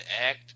act